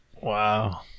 Wow